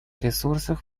ресурсов